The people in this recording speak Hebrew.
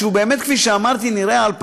שבאמת כפי שאמרתי נראה,